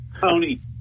Tony